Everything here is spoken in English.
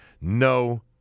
No